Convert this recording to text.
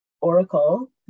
oracle